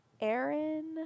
Aaron